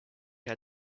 had